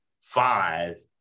five